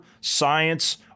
science